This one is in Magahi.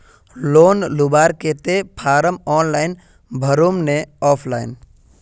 लोन लुबार केते फारम ऑनलाइन भरुम ने ऑफलाइन?